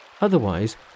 Otherwise